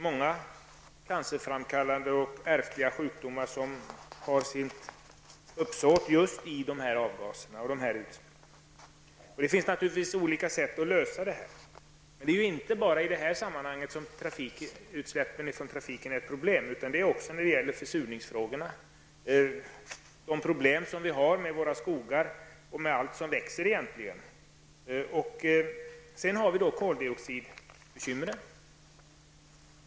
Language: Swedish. Många cancerframkallande och ärftliga sjukdomar har sitt ursprung just i dessa avgaser och utsläpp. Det finns naturligtvis olika sätt att lösa detta problem, men det är inte bara i dessa sammanhang som utsläpp i trafiken är ett problem, utan det gäller också försurningen av våra skogar och egentligen av allt som växer i vårt land. Vi har också bekymmer med koldioxiden.